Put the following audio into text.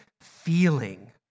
feeling